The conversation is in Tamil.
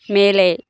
மேலே